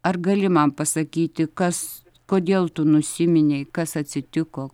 ar gali man pasakyti kas kodėl tu nusiminei kas atsitiko